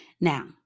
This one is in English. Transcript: Now